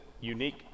unique